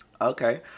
Okay